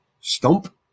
stump